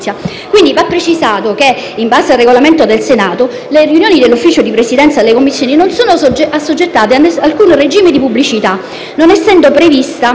Va precisato che, in base al Regolamento del Senato, le riunioni dell'Ufficio di Presidenza delle Commissioni non sono assoggettate ad alcun regime di pubblicità, non essendo prevista